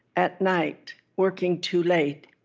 at night, working too late.